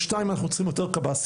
דבר שני, אנחנו צריכים יותר קב"סים.